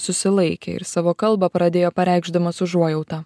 susilaikė ir savo kalbą pradėjo pareikšdamas užuojautą